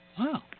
Wow